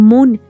Moon